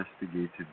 investigated